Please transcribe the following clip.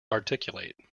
articulate